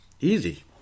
easy